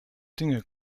dinge